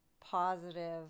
positive